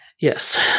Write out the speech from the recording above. Yes